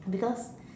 because